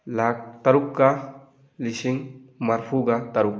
ꯂꯥꯛ ꯇꯔꯨꯛꯀ ꯂꯤꯁꯤꯡ ꯃꯔꯐꯨꯒ ꯇꯔꯨꯛ